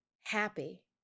happy